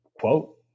quote